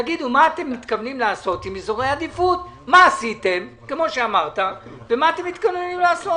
תגידו מה עשיתם עם אזורי עדיפות ומה אתם מתכוונים לעשות.